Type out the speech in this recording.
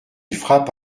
frappe